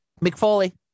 McFoley